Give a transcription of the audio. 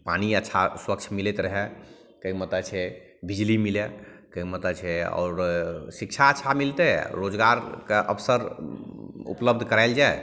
पानी अच्छा स्वच्छ मिलैत रहै कहैके मतलब छै बिजली मिलै कहैके मतलब छै आओर शिक्षा अच्छा मिलतै रोजगारके अवसर उपलब्ध कराएल जाए